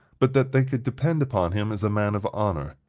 but that they could depend upon him as a man of honor.